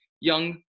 young